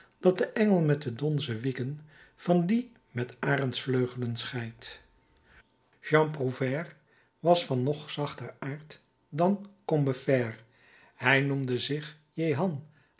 dat den engel met donzen wieken van dien met arendsvleugelen scheidt jean prouvaire was van nog zachter aard dan combeferre hij noemde zich